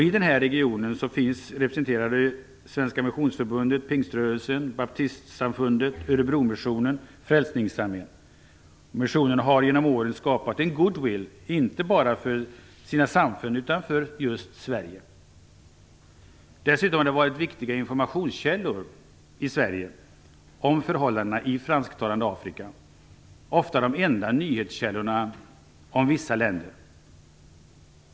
I denna region finns Svenska missionsförbundet, pingströrelsen, baptistsamfundet, Örebromissionen och Frälsningsarmén representerade. Missionen har genom åren skapat en goodwill, inte bara för sina samfund utan också för just Sverige. Dessutom har missionen utgjort viktiga informationskällor i Sverige när det gäller förhållandena i det fransktalande Afrika. Ofta har missionen varit de enda nyhetskällorna i fråga om vissa länder.